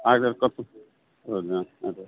ಆಗಾಗ ಸ್ವಲ್ಪ ಹೌದಾ ಹೌದ